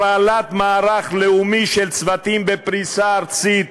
הפעלת מערך לאומי של צוותים בפריסה ארצית,